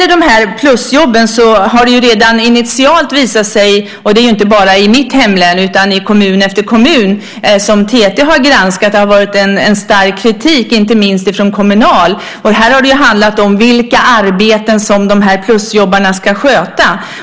Det har initialt visat sig, inte bara i mitt hemlän utan i kommun efter kommun som TT har granskat, finnas en stark kritik inte minst från Kommunal mot plusjobb. Här har det handlat om vilka arbeten som plusjobbarna ska sköta.